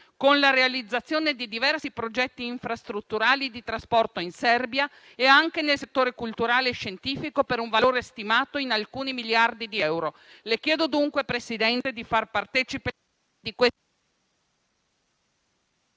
con la realizzazione di diversi progetti infrastrutturali di trasporto in Serbia e anche nel settore culturale e scientifico, per un valore stimato in alcuni miliardi di euro. Le chiedo dunque, Presidente, di far partecipe di...